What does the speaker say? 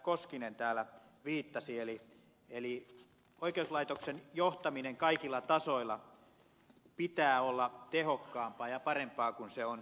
koskinen täällä viittasi eli oikeuslaitoksen johtamisen kaikilla tasoilla pitää olla tehokkaampaa ja parempaa kuin se on tällä hetkellä